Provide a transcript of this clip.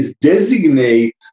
designate